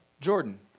Jordan